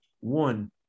one